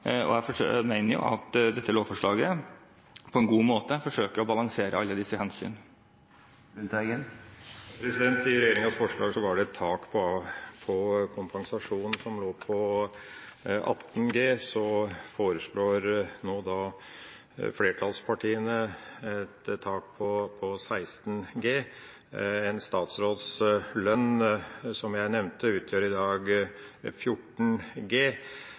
av. Jeg mener at dette lovforslaget på en god måte forsøker å balansere alle disse hensynene. I regjeringas forslag var det et tak på kompensasjonen som lå på 18 G. Så foreslår nå flertallspartiene et tak på 16 G. En statsråds lønn, som jeg nevnte, utgjør i dag 14 G.